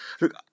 Look